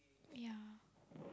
yeah